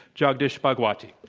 jagdish bhagwati.